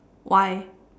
why